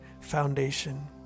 foundation